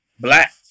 black